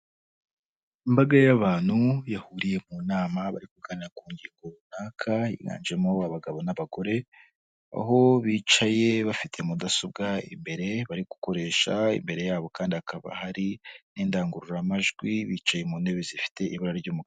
Imbaga y'abantu yahuriye mu nama bari kuganira ku ngingo runaka, higanjemo abagabo n'abagore, aho bicaye bafite mudasobwa imbere barikoresha, imbere yabo kandi hakaba hari n'indangururamajwi bicaye mu ntebe zifite ibara ry'umukara.